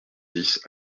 dix